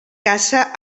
caça